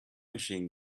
machine